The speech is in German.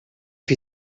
wir